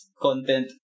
content